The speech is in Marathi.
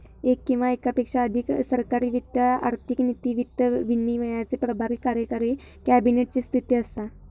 येक किंवा येकापेक्षा अधिक सरकारी वित्त आर्थिक नीती, वित्त विनियमाचे प्रभारी कार्यकारी कॅबिनेट ची स्थिती असा